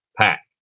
Pack